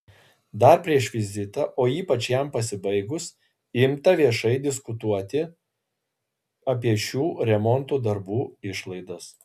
dar prieš vizitą o ypač jam pasibaigus imta viešai diskutuoti apie šių remonto darbų išlaidas